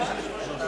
לא יום שלישי.